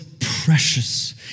precious